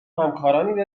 همکارانی